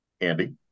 Andy